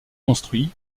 construit